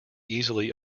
easily